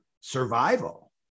survival